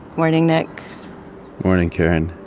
morning, nick morning, karen.